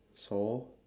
so